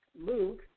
Luke